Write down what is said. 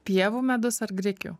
pievų medus ar grikių